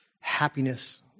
happiness